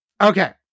Okay